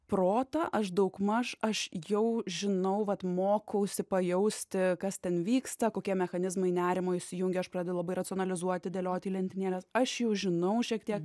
protą aš daugmaž aš jau žinau vat mokausi pajausti kas ten vyksta kokie mechanizmai nerimo įsijungia aš pradedu labai racionalizuoti dėliot į lentynėles aš jau žinau šiek tiek